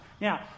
Now